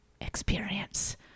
experience